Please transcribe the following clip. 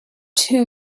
too